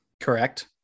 Correct